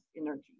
energy